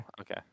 okay